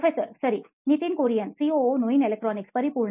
ಪ್ರೊಫೆಸರ್ಸರಿ Nitin Kurian COO ನೋಯಿನ್ electronics ಪರಿಪೂರ್ಣ